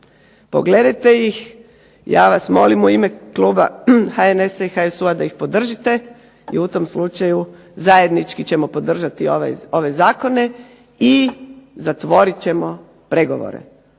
pogledajte ih. Ja vas molim u ime kluba HNS-a i HSU-a da ih podržite i u tom slučaju zajednički ćemo podržati ove zakone i zatvorit ćemo pregovore.